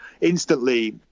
instantly